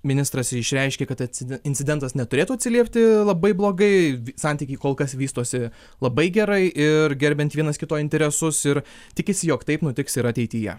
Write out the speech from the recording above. ministras išreiškė kad atsi incidentas neturėtų atsiliepti labai blogai santykiai kol kas vystosi labai gerai ir gerbiant vienas kito interesus ir tikisi jog taip nutiks ir ateityje